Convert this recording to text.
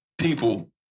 people